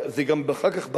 זה גם אחר כך,